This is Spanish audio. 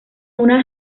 una